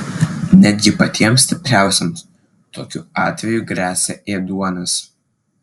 netgi patiems stipriausiems tokiu atveju gresia ėduonis